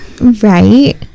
right